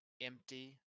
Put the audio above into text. empty